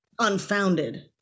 unfounded